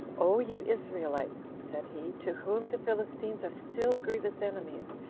o you israelites, said he, to whom the philistines are still grievous enemies,